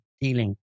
dealing